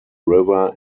river